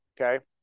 okay